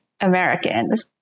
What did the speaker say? Americans